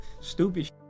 stupid